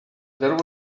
there